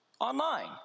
online